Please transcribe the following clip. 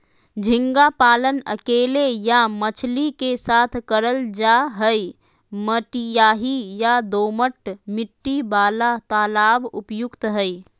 झींगा पालन अकेले या मछली के साथ करल जा हई, मटियाही या दोमट मिट्टी वाला तालाब उपयुक्त हई